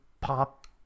pop